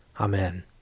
Amen